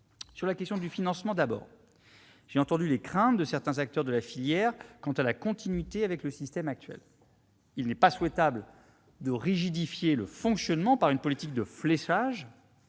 qui concerne le financement, j'ai entendu les craintes de certains acteurs de la filière quant à la continuité avec le système actuel. Il n'est pas souhaitable de rigidifier le fonctionnement par une politique de fléchage,